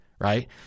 right